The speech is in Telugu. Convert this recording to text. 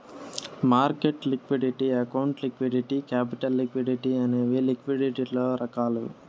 market liquidity account liquidity capital liquidity అనేవి లిక్విడిటీలలో రకాలు